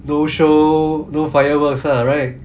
no show no fireworks lah right